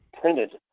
printed